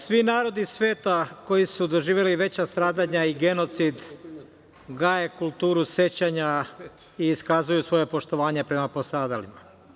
Svi narodi sveta koji su doživeli veća stradanja i genocid gaje kulturu sećanja i iskazuju svoje poštovanje prema stradalima.